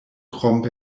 krom